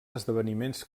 esdeveniments